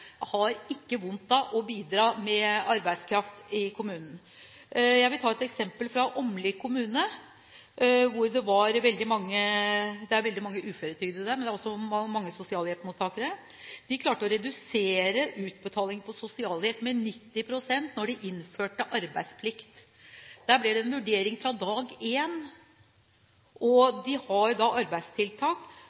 har ikke vondt av å bidra med arbeidskraft i kommunen. Jeg vil ta et eksempel fra Åmli kommune. Det er veldig mange uføretrygdede der, men det er også mange sosialhjelpsmottakere. De klarte å redusere utbetalingene til sosialhjelp med 90 pst. da de innførte arbeidsplikt. Det ble en vurdering fra dag én. De har arbeidstiltak